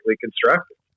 constructed